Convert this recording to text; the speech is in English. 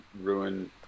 ruin